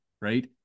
right